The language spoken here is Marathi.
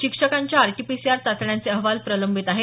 शिक्षकांच्या आरटीपीसीआर चाचण्यांचे अहवाल प्रलंबित आहेत